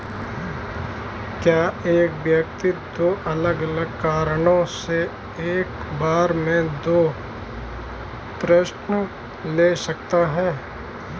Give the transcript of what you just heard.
क्या एक व्यक्ति दो अलग अलग कारणों से एक बार में दो ऋण ले सकता है?